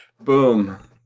Boom